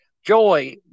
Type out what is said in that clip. Joy